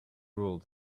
rule